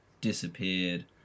disappeared